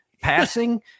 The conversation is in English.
passing